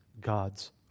God's